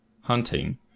Hunting